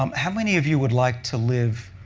um how many of you would like to live